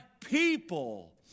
people